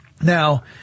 Now